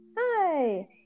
hi